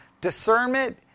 discernment